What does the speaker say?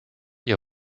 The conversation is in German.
ihr